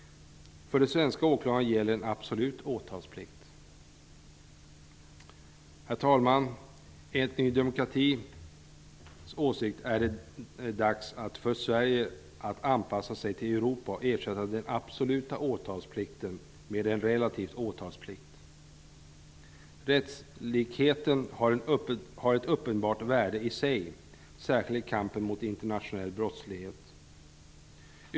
För den svenske åklagaren gäller absolut åtalsplikt. Herr talman! Enligt Ny demokratis åsikt är det dags för Sverige att anpassa sig till Europa och ersätta den absoluta åtalsplikten med en relativ åtalsplikt. Rättslikheten har ett uppenbart värde i sig, särskilt i kampen mot internationell brottslighet.